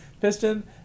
Piston